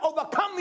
overcome